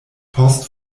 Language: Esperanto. post